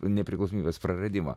nepriklausomybės praradimo